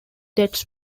debts